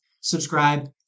Subscribe